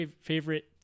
favorite